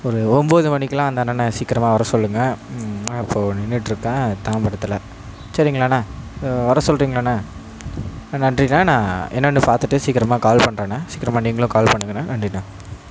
ஒரு ஒம்பது மணிக்கெலாம் அந்த அண்ணனை சீக்கரமாக வர சொல்லுங்க அப்போது நின்னுட்டிருக்கேன் தாம்பரத்தில் சரிங்களாணே வர சொல்கிறிங்களாணே நன்றிணே நான் என்னன்னு பார்த்துட்டு சீக்கரமாக கால் பண்றேணே சீக்கரமாக நீங்களும் கால் பண்ணுங்கணே நன்றிணே